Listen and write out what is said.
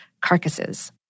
carcasses